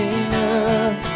enough